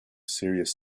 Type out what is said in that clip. serious